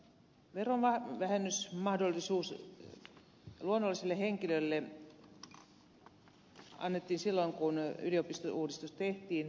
tämä verovähennysmahdollisuus luonnolliselle henkilölle annettiin silloin kun yliopistouudistus tehtiin